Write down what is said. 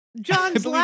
john's